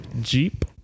Jeep